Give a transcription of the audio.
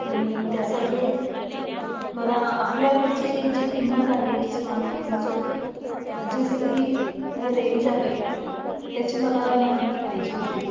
आणि त्यासाठी मला आपल्याकडची जी किंमत आहेत स्मार्ट टी व्ही ची जी सगळी काही रेंज आहे त्याची मला माहिती पाहिजे होती